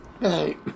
hey